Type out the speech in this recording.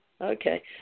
Okay